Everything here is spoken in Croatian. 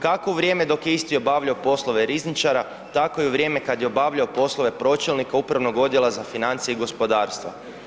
Kako u vrijeme dok je isti obavljao poslove rizničara, tako i u vrijeme kad je obavljao poslove pročelnika Upravnog odjela za financije i gospodarstvo.